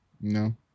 No